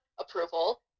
approval